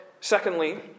secondly